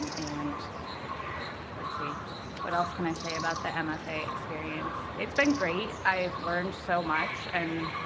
and let's see what else can i say about the mfa experience. it's been great. i've learned so much, and